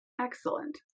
Excellent